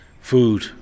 food